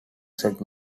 set